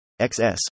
XS